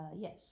Yes